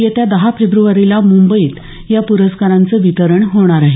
येत्या दहा फेब्रुवारीला मुंबईत या प्रस्कारांचं वितरण होणार आहे